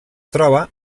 troba